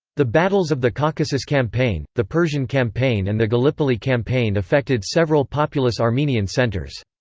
the battles of the caucasus campaign, the persian campaign and the gallipoli campaign affected several populous armenian centers.